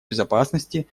безопасности